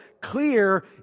clear